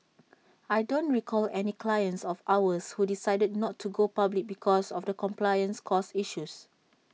I don't recall any clients of ours who decided not to go public because of compliance costs issues